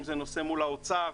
אם זה נושא מול האוצר,